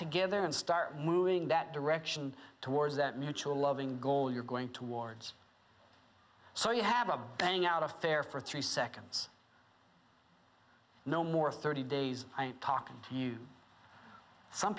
together and start moving that direction towards that mutual loving goal you're going towards so you have a bang out affair for three seconds no more thirty days i'm talking to